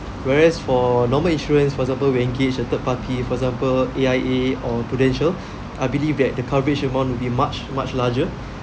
whereas for normal insurance for example will engage a third party for example A_I_A or Prudential I believe that the coverage amount will be much much larger